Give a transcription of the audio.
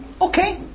Okay